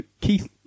Keith